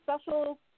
special